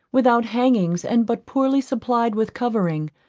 without hangings and but poorly supplied with covering,